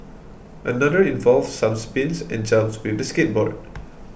another involved some spins and jumps with the skateboard